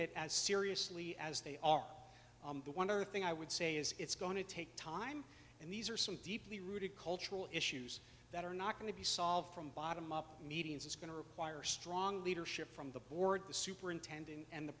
it as seriously as they are the one other thing i would say is it's going to take time and these are some deeply rooted cultural issues that are not going to be solved from bottom up meetings it's going to require strong leadership from the board the superintendent and the